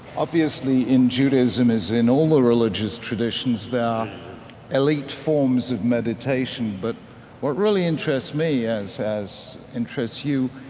obviously, in judaism, as in all the religious traditions, there are elite forms of meditation. but what really interests me, as as interests you,